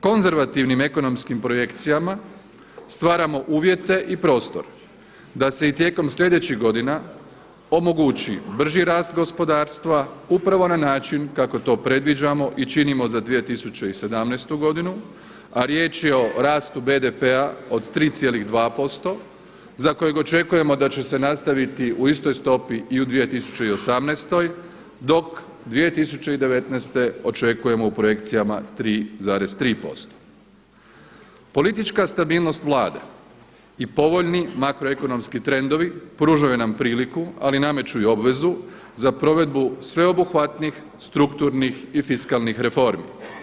Konzervativnim ekonomskim projekcijama stvaramo uvjete i prostor da se i tijekom slijedećih godina omogući brži rast gospodarstva upravo na način kako to predviđamo i činimo za 2017. godinu a riječ je o rastu BDP-a od 3,2% za kojeg očekujemo da će se nastaviti u istoj stopi i u 2018. dok 2019. očekujemo u projekcijama 3,3% Politička stabilnost Vlade i povoljni makro ekonomski trendovi pružaju nam priliku, ali nameću i obvezu za provedbu sveobuhvatnih strukturnih i fiskalnih reformi.